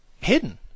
hidden